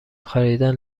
خریدن